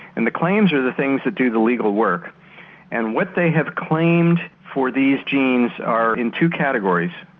and the claims are the things that do the legal work and what they have claimed for these genes are in two categories.